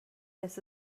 this